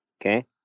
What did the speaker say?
Okay